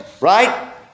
right